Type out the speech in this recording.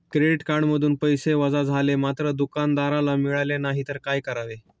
Credit कार्डमधून पैसे वजा झाले मात्र दुकानदाराला मिळाले नाहीत तर काय करावे?